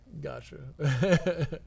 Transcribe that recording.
Gotcha